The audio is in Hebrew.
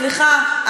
סליחה,